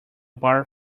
bar